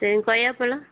சேரிங்க கொய்யாப்பழம்